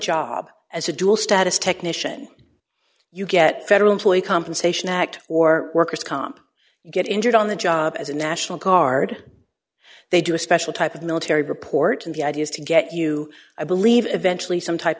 job as a dual status technician you get federal employee compensation act or worker's comp you get injured on the job as a national guard they do a special type of military report in the ideas to get you i believe eventually some type